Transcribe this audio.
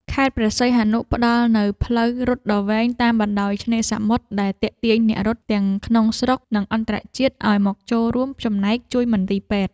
ខេត្តព្រះសីហនុ ផ្ដល់នូវផ្លូវរត់ដ៏វែងតាមបណ្ដោយឆ្នេរសមុទ្រ ដែលទាក់ទាញអ្នករត់ទាំងក្នុងស្រុក និងអន្តរជាតិឱ្យមកចូលរួមចំណែកជួយមន្ទីរពេទ្យ។